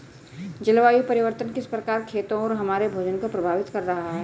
जलवायु परिवर्तन किस प्रकार खेतों और हमारे भोजन को प्रभावित कर रहा है?